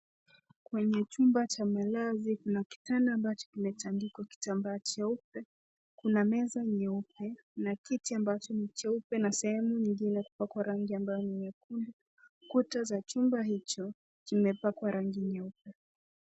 Kwenye chumba cha malazi kuna kitanda ambacho kimetandikwa kitambaa cheupe. Kuna meza nyeupe na kiti ambacho ni cheupe na sehemu nyingine kupakwa rangi ambayo ni nyekundu. Kuta za chumba hicho kimepakwa rangi nyeupe.